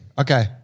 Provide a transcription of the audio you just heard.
Okay